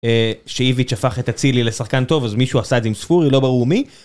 שאיביץ' הפך את אצילי לשחקן טוב, אז מישהו עשה את זה עם ספורי, לא ברור מי.